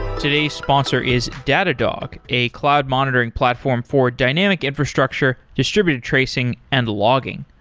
today's sponsor is datadog, a cloud monitoring platform for dynamic infrastructure, distributed tracing and logging.